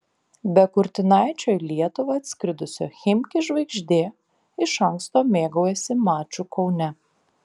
be kurtinaičio į lietuvą atskridusio chimki žvaigždė iš anksto mėgaujasi maču kaune